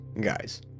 guys